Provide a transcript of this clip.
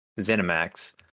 ZeniMax